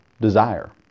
desire